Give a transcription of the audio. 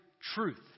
truth